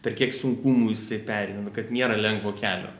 per kiek sunkumų jisai pereina nu kad nėra lengvo kelio